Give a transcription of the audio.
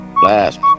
blast